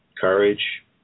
courage